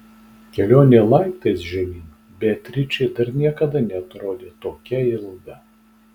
kelionė laiptais žemyn beatričei dar niekada neatrodė tokia ilga